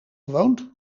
gewoond